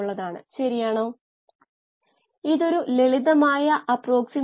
അനുയോജ്യമായ സമവാക്യം